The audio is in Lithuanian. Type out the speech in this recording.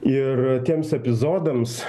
ir tiems epizodams